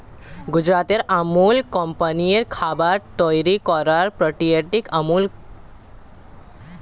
গুজরাটের আমুল কোম্পানির খাবার তৈরি করার প্রক্রিয়াটিকে আমুল প্যাটার্ন বলে